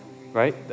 Right